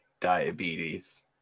diabetes